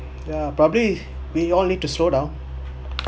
yeah probably we all need to slow down